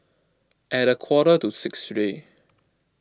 at a quarter to six today